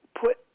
put